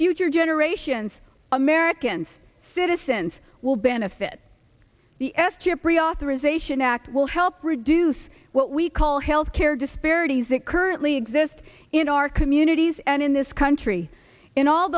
future generations american citizens will benefit the s chip reauthorization act will help reduce what we call health care disparities that currently exist in our communities and in this country in all